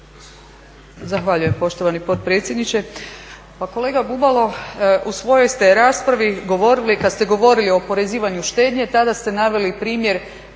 Zahvaljujem poštovani potpredsjedniče.